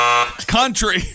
country